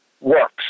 works